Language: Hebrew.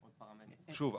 שוב,